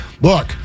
look